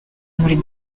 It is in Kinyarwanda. muri